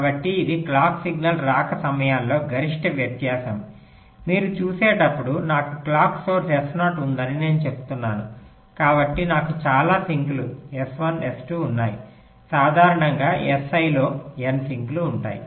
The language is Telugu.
కాబట్టి ఇది క్లాక్ సిగ్నల్ రాక సమయాల్లో గరిష్ట వ్యత్యాసం మీరు చూసేటప్పుడు నాకు క్లాక్ సోర్స్ S0 ఉందని నేను చెప్తున్నాను కాబట్టి నాకు చాలా సింక్లు S1 S2 ఉన్నాయి సాధారణంగా Si లో n సింక్లు ఉన్నాయి